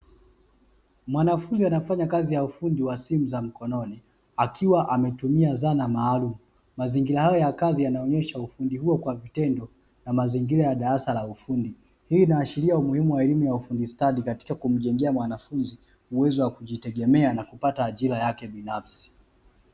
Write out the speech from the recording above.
Mwanafunzi anafanya kazi ya ufundi wa simu za mkononi akiwa ametumia zana maalumu. Mazingira hayo ya kazi yanaonyesha ufundi huo kwa vitendo na mazingira ya darasa la ufundi. Hii inaashiria umuhimu wa elimu ya ufundi stadi katika kumjengea mwanafunzi uwezo wa kujitegemea na kupata ajira yake binafsi.